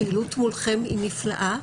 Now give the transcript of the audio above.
הפעילות מולכם היא נפלאה.